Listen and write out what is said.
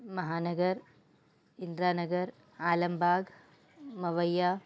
Mahanagar Indira Nagar Alambagh Mawaiya